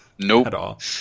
Nope